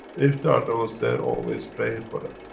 if there are those there, always pray for them,